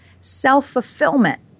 self-fulfillment